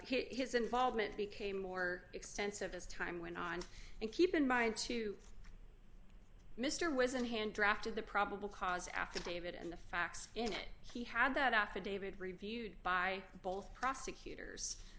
his involvement became more extensive as time went on and keep in mind too mr was in hand drafting the probable cause affidavit and the facts in it he had that affidavit reviewed by both prosecutors